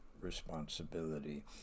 responsibility